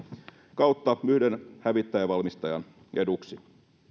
kautta yhden hävittäjävalmistajan eduksi